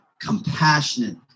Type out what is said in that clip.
compassionate